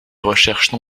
recherches